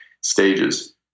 stages